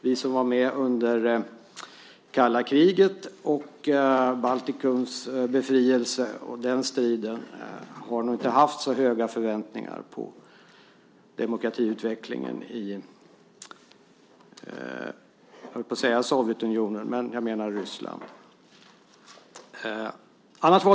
Vi som var med under kalla kriget och Baltikums befrielse har nog inte haft särskilt höga förväntningar på demokratiutvecklingen i, jag höll på att säga Sovjetunionen, men jag menar Ryssland.